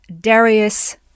Darius